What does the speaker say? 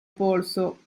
polso